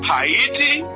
Haiti